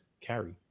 carry